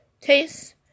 taste